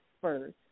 first